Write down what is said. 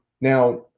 now